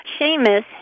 Seamus